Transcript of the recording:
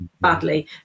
badly